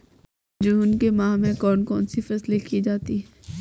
जून के माह में कौन कौन सी फसलें की जाती हैं?